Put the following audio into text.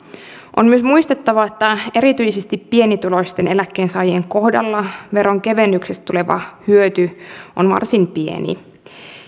on myös muistettava että erityisesti pienituloisten eläkkeensaajien kohdalla veronkevennyksistä tuleva hyöty on varsin pieni